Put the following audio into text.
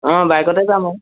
অঁ বাইকতে যাম আৰু